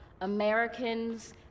Americans